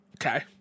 Okay